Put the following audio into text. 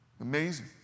Amazing